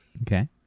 Okay